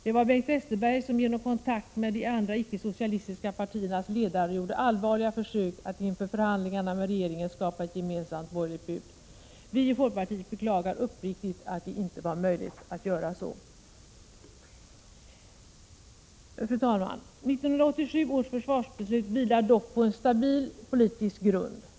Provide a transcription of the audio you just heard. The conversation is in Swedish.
Det var Bengt Westerberg som genom kontakt med de andra icke-socialistiska partiernas ledare gjorde allvarliga försök att inför förhandlingarna med regeringen skapa ett gemensamt borgerligt bud. Vi i folkpartiet beklagar uppriktigt att det inte var möjligt att göra det. Fru talman! 1987 års försvarsbeslut vilar dock på en stabil politisk grund.